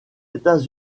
états